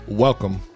Welcome